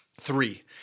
Three